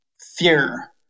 fear